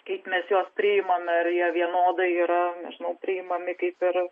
kaip mes juos priimame ar jie vienodai yra nu priimami kaip ir